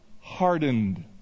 hardened